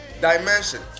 dimension